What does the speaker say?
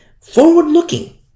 forward-looking